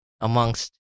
amongst